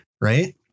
right